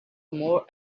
more